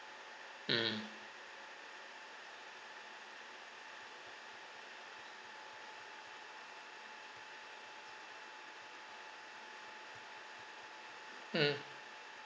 mm mm